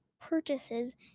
purchases